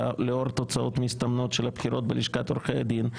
לאור התוצאות המסתמנות של הבחירות בלשכת עורכי-הדין,